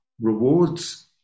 rewards